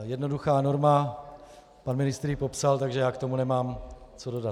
Jednoduchá norma, pan ministr ji popsal, takže já k tomu nemám co dodat.